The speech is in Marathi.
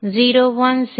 zip folder 01